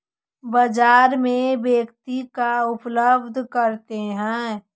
बाजार में व्यक्ति का उपलब्ध करते हैं?